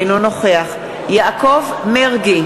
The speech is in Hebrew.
אינו נוכח יעקב מרגי,